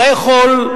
איפה?